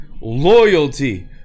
Loyalty